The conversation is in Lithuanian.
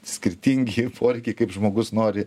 skirtingi poreikiai kaip žmogus nori